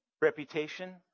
Reputation